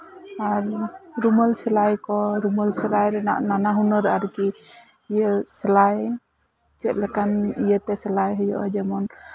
ᱩᱨᱢᱟᱹᱞ ᱥᱮᱞᱟᱭ ᱠᱚ ᱥᱮᱞᱟᱭ ᱨᱮᱱᱟᱜ ᱱᱟᱱᱟ ᱦᱩᱱᱟᱹᱨ ᱟᱨᱠᱤ ᱥᱮᱞᱟᱭ ᱪᱮᱫ ᱞᱮᱠᱟᱱ ᱤᱭᱟᱹᱛᱮ ᱥᱮᱞᱟᱭ ᱦᱩᱭᱩᱜᱼᱟ